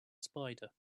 spider